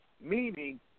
meaning